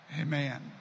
Amen